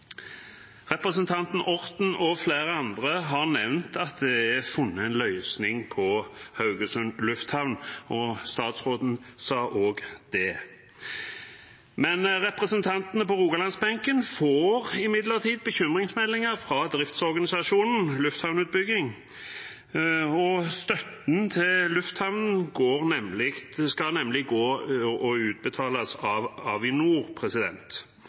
Representanten Orten og flere andre har nevnt at det er funnet en løsning på Haugesund lufthavn, og statsråden sa også det, men representantene på Rogalands-benken får imidlertid bekymringsmeldinger fra driftsorganisasjonen Lufthavnutbygging. Støtten til lufthavnen skal nemlig utbetales av Avinor, og